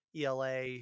ELA